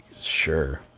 sure